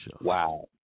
Wow